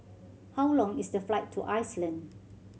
how long is the flight to Iceland